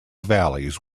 valleys